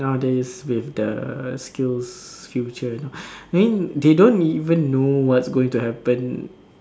nowadays with the Skills Future you know I mean they don't even know what's going to happen